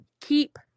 keep